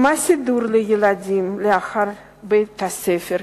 מה הסידור לילדים לאחר בית-הספר,